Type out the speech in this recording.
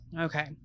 Okay